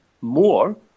more